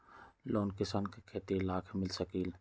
Loan किसान के खेती लाख मिल सकील?